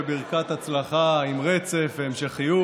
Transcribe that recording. בברכת הצלחה עם רצף והמשכיות.